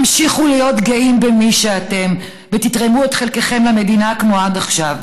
המשיכו להיות גאים במי שאתם ותתרמו את חלקכם למדינה כמו עד עכשיו.